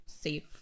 safe